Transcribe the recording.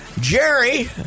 Jerry